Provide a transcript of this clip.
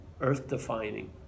earth-defining